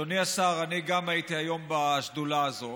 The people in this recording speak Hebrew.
אדוני השר, אני גם הייתי היום בישיבת השדולה הזאת,